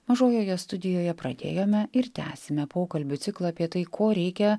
mažojoje studijoje pradėjome ir tęsime pokalbių ciklą apie tai ko reikia